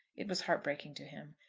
it was heartbreaking to him.